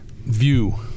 view